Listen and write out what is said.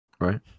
right